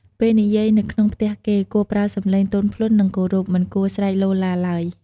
ពេលនិយាយនៅក្នុងផ្ទះគេ គួរប្រើសំឡេងទន់ភ្លន់ និងគោរព មិនគួរស្រែកឡូរឡារឡើយ។